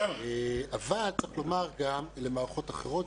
אבל צריך לומר גם למערכות אחרות,